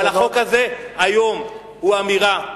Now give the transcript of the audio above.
אבל החוק הזה היום הוא אמירה